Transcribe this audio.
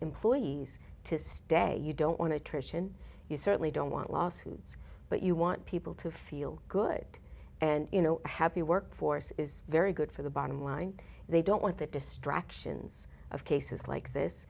employees to stay you don't want to transition you certainly don't want lawsuits but you want people to feel good and you know happy workforce is very good for the bottom line they don't want the distractions of cases like this